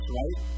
right